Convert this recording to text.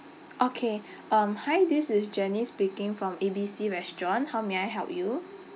okay um hi this is jenny speaking from A B C restaurant how may I help you